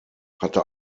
hatte